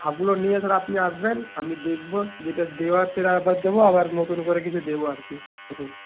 খাপগুলো নিয়ে তাহলে আপনি আসবেন আমি দেখব যেটা দেওয়ার সেটা আবার দেবো আবার নতুন করে কিছু দেবো আর কি ওষুধ